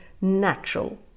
natural